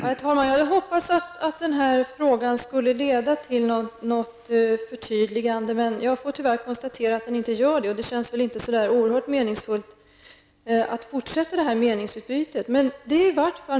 Herr talman! Jag hade hoppats att den här frågan skulle leda till något förtydligande, men jag får tyvärr konstatera att den inte gör det. Det känns inte så oerhört meningsfullt att fortsätta meningsutbytet.